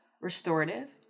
restorative